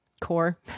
core